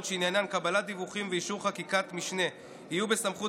שעניינן קבלת דיווחים ואישור חקיקת משנה יהיו בסמכות